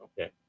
okay